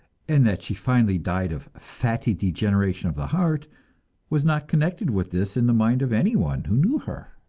and that she finally died of fatty degeneration of the heart was not connected with this in the mind of anyone who knew her.